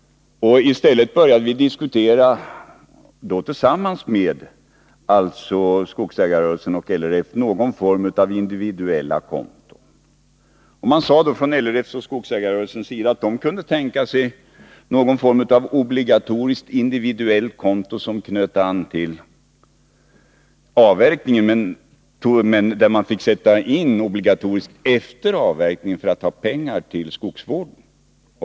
I stället började vi att tillsammans med skogsägarrörelsen och LRF diskutera någon form av individuella konton. Man sade från skogsägarrörelsens och LRF:s sida att man kunde tänka sig någon form av obligatoriskt, individuellt konto som anknöt till avverkningen, där det skulle vara obligatoriskt att sätta in pengar efter avverkningen, för att få fram pengar till skogsvården.